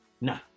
no